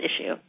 issue